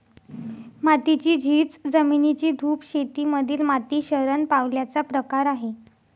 मातीची झीज, जमिनीची धूप शेती मधील माती शरण पावल्याचा प्रकार आहे